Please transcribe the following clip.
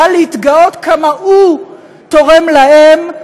בא להתגאות כמה הוא תורם להם,